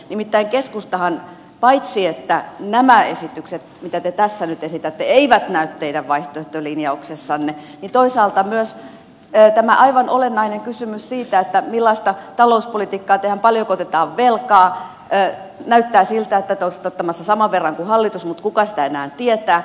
nimittäin keskusta paitsi että nämä esitykset mitä te tässä nyt esitätte eivät näy teidän vaihtoehtolinjauksessanne toisaalta myös tämä aivan olennainen kysymys siitä millaista talouspolitiikkaa tehdään paljonko otetaan velkaa näyttää siltä että te olisitte ottamassa saman verran velkaa kuin hallitus mutta kuka sitä enää tietää